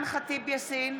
יאסין,